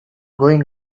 going